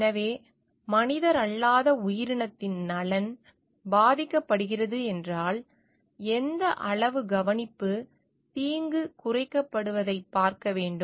எனவே மனிதரல்லாத உயிரினத்தின் நலன் பாதிக்கப்படுகிறது என்றால் எந்த அளவு கவனிப்பு தீங்கு குறைக்கப்படுவதைப் பார்க்க வேண்டும்